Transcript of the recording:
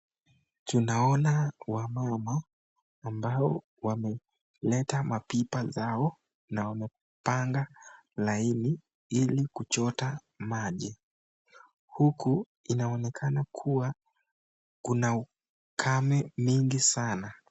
Tunaona wanamama ambao wameleta mapipa zao na wamepanga laini hili kuchota maji huku inaonekana kuwa kuna ukame mingi sana.